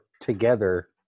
together